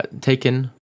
Taken